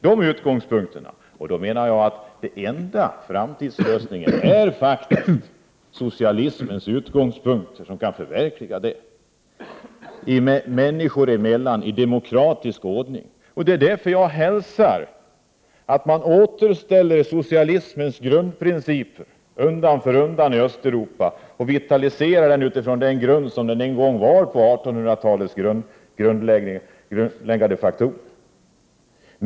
Den enda framtidslösningen är då socialismens utgångspunkter, som kan förverkliga det människor emellan i demokratisk ordning. Det är därför som jag hälsar att socialismens grundprinciper återställs undan för undan i Östeuropa och vitaliseras med utgångspunkt i 1800-talets grundläggande faktorer.